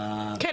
ב- -- כן,